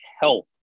health